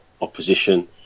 opposition